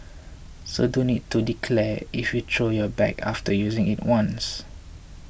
so don't need to declare if you throw your bag after using it once